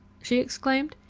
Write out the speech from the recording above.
she exclaimed.